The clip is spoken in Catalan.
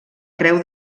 creu